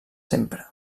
sempre